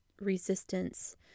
resistance